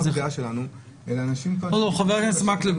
הדעה שלנו אל אנשים --- חבר הכנסת מקלב,